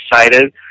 excited